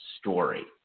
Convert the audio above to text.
story